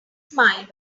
smile